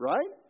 Right